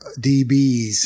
DBs